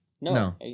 No